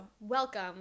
Welcome